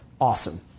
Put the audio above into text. Awesome